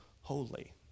holy